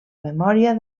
memòria